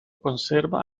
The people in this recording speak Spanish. conserva